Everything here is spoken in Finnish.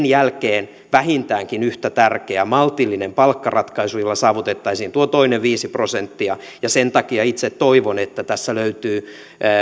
jälkeen vähintäänkin yhtä tärkeä on maltillinen palkkaratkaisu jolla saavutettaisiin tuo toinen viisi prosenttia sen takia itse toivon että tässä löytyy